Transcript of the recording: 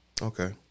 Okay